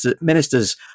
ministers